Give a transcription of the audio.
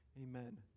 amen